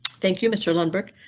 thank you, mr lundberg,